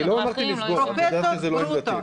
לא, אני לא אמרתי לסגור, את יודעת שזו לא עמדתי.